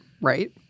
Right